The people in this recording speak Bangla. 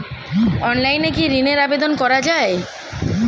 অনলাইনে কি ঋণের আবেদন করা যায়?